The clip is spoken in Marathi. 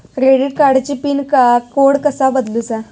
क्रेडिट कार्डची पिन कोड कसो बदलुचा?